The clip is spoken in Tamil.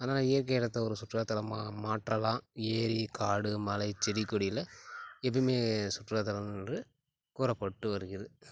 அதனால் இயற்கை இடத்த ஒரு சுற்றுலாத்தலமாக மாற்றலாம் ஏரி காடு மலை செடி கொடில்ல இதுவுமே சுற்றுலாத்தலங்கள் என்று கூறப்பட்டு வருது